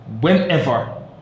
whenever